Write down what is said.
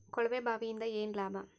ಕೊಳವೆ ಬಾವಿಯಿಂದ ಏನ್ ಲಾಭಾ?